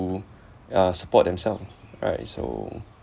to uh support themself right so